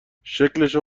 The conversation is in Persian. شکلشو